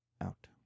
out